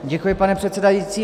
Děkuji, pane předsedající.